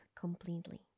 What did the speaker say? completely